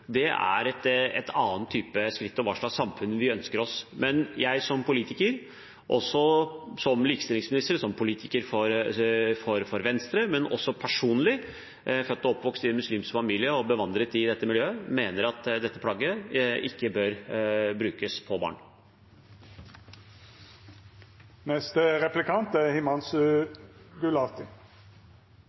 er en annen type skritt for hva slags samfunn vi ønsker oss. Men jeg som politiker, som likestillingsminister, som politiker for Venstre, og også jeg personlig, som født og oppvokst i en muslimsk familie og bevandret i dette miljøet, mener at dette plagget ikke bør brukes på